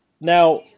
Now